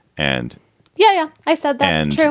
and yeah, i said then, too,